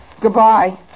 Goodbye